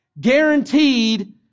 guaranteed